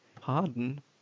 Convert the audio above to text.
Pardon